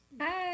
Hi